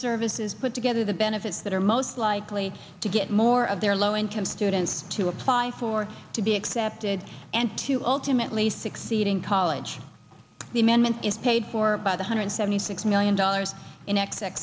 services put together the benefits that are most likely to get more of their low income students to apply for to be accepted and to ultimately succeed in college the amendment is paid for by the hundred seventy six million dollars in